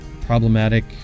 problematic